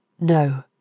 No